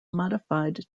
modified